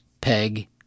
Peg